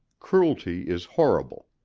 cruelty is horrible.